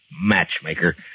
matchmaker